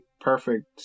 perfect